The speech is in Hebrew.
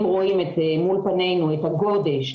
אם רואים מול פנינו את הגודש,